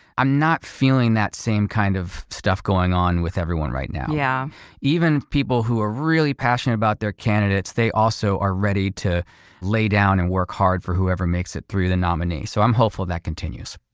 i'm not feeling that same kind of stuff going on with everyone right now. yeah even people who are really passionate about their candidates, they also are ready to lay down and work hard for whoever makes it through the nominee. so i'm hopeful that continues.